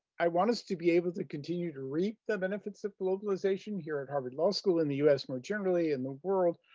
i want us to be able to continue to reap the benefits of globalization here at harvard law school and the us more generally and the world.